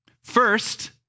First